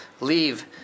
leave